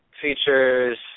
features